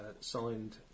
signed